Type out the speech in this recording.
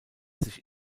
sich